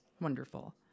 Wonderful